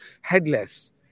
headless